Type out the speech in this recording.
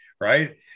Right